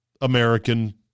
American